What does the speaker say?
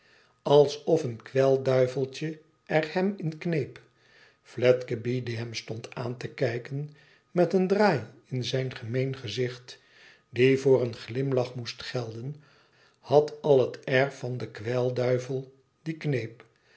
alsof een kwelduiveltje er hem in kneep fledgeby die hem stond aan te kijken met een draai in zijn gemeen gezicht die voor een glimlach moest gelden had al het air van den kwelduivel die kneep